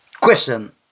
Question